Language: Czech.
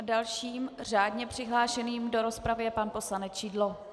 Dalším řádně přihlášeným do rozpravy je pan poslanec Šidlo.